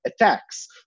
attacks